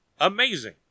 Amazing